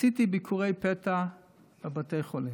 עשיתי ביקורי פתע בבתי חולים,